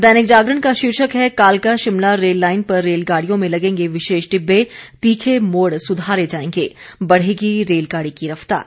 दैनिक जागरण का शीर्षक है कालका शिमला रेललाइन पर रेलगाड़ियों में लगेंगे विशेष डिब्बे तीखे मोड़ सुधारे जाएंगे बढ़ेगी रेलगाड़ी की रफ्तार